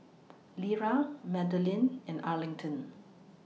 Lera Madeline and Arlington